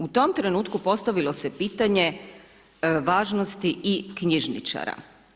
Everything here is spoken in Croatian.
U tom trenutku postavilo se pitanje važnosti i knjižničara.